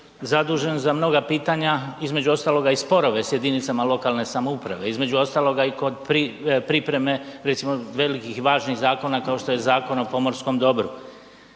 zadužen za mnoga pitanja, između ostaloga i sporove s jedinicama lokalne samouprave, između ostalog i kod pripreme recimo, velikih važnih zakona, kao što je Zakon o pomorskom dobru.